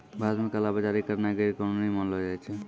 भारत मे काला बजारी करनाय गैरकानूनी मानलो जाय छै